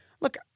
Look